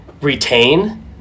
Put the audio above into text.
retain